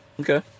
Okay